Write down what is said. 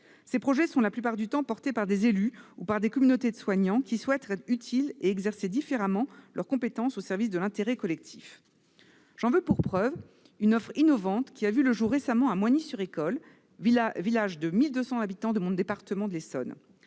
Ces projets sont la plupart du temps portés par des élus ou par des communautés de soignants qui souhaitent être utiles et exercer différemment leurs compétences, au service de l'intérêt collectif. J'en veux pour preuve une offre innovante qui a vu le jour récemment à Moigny-sur-École, village de 1 200 habitants de mon département de l'Essonne.